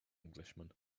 englishman